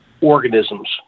organisms